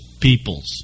peoples